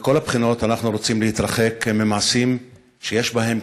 מכל הבחינות אנחנו רוצים להתרחק ממעשים שיש בהם,